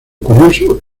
curioso